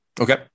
Okay